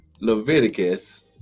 Leviticus